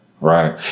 right